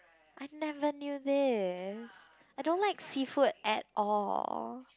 I never knew this I don't like seafood at all